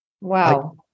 Wow